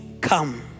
come